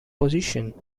position